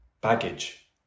baggage